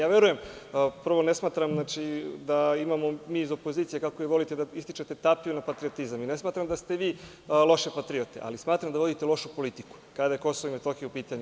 Verujem, prvo ne smatram da mi iz opozicije, kako vi volite da ističete, tapiju na patriotizam, i ne smatram da ste vi loše patriote, ali smatram da vodite lošu politiku kada je KiM u pitanju.